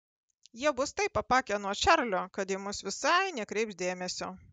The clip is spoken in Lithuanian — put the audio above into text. jie bus taip apakę nuo čarlio kad į mus visai nekreips dėmesio